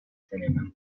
cinema